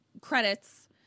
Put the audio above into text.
credits